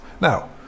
Now